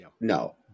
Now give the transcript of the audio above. No